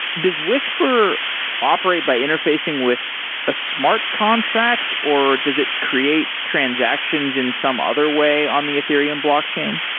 does whisper operate by interfacing with a smart contract or does it create transactions in some other way on the ethereum blockchain?